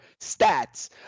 stats